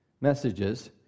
messages